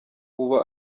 ubu